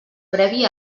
previ